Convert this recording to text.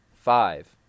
Five